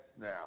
now